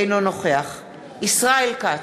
אינו נוכח ישראל כץ,